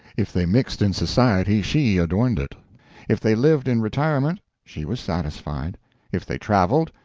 if they mixed in society, she adorned it if they lived in retirement, she was satisfied if they travelled,